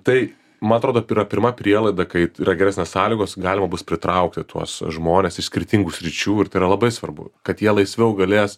tai man atrodo yra pirma prielaida kaip yra geresnės sąlygos galima bus pritraukti tuos žmones iš skirtingų sričių ir tai yra labai svarbu kad jie laisviau galės